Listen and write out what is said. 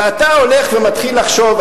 ואתה הולך ומתחיל לחשוב.